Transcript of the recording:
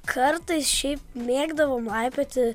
kartais šiaip mėgdavom laipioti